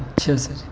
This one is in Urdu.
اچھا سر